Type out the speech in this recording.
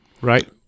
right